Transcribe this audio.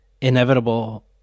inevitable